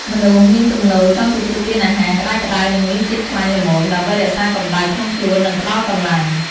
មនុស្សមានទំនោរចង់ទទួលទានអាហារ ក្តៅៗ និងមានជាតិខ្លាញ់ល្មម ដើម្បីរក្សាកម្ដៅក្នុងខ្លួន និងផ្តល់កម្លាំង។